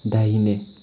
दाहिने